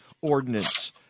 Ordinance